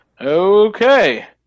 Okay